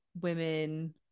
women